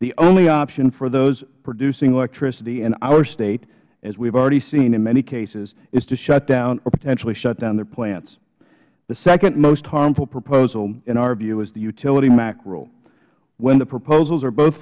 the only option for those producing electricity in our state as we have already seen in many cases is to shut down or potentially shut down their plants the second most harmful proposal in our view is the utility mact rule when the proposals are both